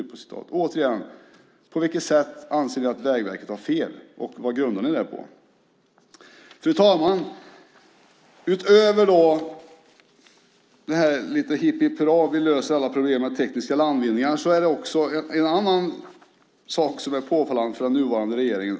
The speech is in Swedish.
Återigen: På vilket sätt anser ni att Vägverket har fel, och vad grundar ni det på? Fru talman! Utöver attityden att alla problem - hipp, hipp, hurra - kan lösas med tekniska landvinningar är också en annan sak påfallande när det gäller den nuvarande regeringen.